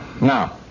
Now